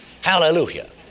Hallelujah